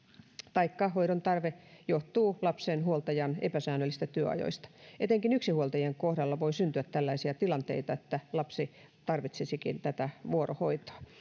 taikka hoidon tarve johtuu lapsen huoltajan epäsäännöllisistä työajoista etenkin yksinhuoltajien kohdalla voi syntyä tällaisia tilanteita että lapsi tarvitsisikin tätä vuorohoitoa